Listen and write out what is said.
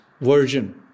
version